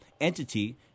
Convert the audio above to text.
entity